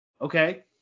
Okay